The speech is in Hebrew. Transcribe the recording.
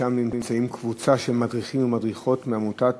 נמצאת שם קבוצה של מדריכים ומדריכות מעמותת